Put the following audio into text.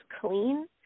clean